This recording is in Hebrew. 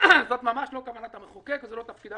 זאת ממש לא כוונת המחוקק וזה לא תפקידה